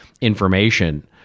information